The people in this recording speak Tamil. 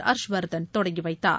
ஹர்ஷ்வர்தன் தொடங்கி வைத்தார்